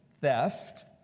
theft